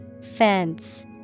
Fence